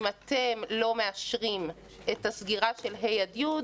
אם אתם לא מאשרים את הסגירה של ה' י',